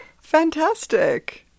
Fantastic